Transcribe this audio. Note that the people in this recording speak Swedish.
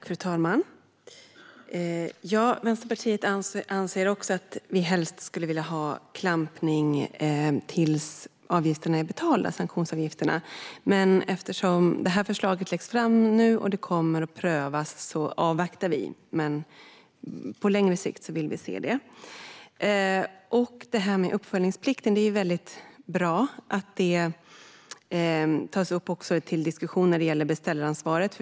Fru talman! Vänsterpartiet skulle helst vilja ha klampning tills sanktionsavgifterna är betalda, men eftersom detta förslag nu läggs fram och det kommer att prövas avvaktar vi. Men på längre sikt vill vi se det. Det är väldigt bra att uppföljningsplikten tas upp till diskussion när det gäller beställaransvaret.